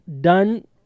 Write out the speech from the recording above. done